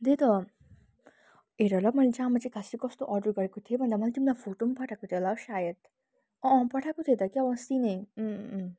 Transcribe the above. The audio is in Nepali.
त्यही त हेर ल मैले जामा चाहिँ खास चाहिँ कस्तो अर्डर गरेको थिएँ भन्दा मैले तिमीलाई फोटो पनि पठाएको थिएँ होला हौ सायद अँ अँ पठाएको थिएँ त क्याउ अस्ति नै अँ अँ